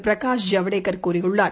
பிரகாஷ் ஐவடேகர் கூறியுள்ளார்